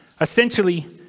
Essentially